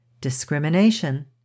discrimination